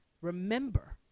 Remember